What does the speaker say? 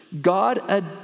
God